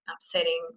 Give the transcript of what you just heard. upsetting